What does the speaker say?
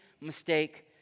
mistake